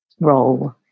role